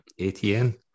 ATN